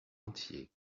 entier